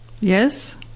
Yes